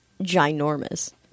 ginormous